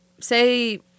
Say